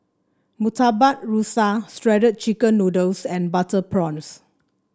Murtabak Rusa Shredded Chicken Noodles and Butter Prawns